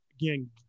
again